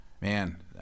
Man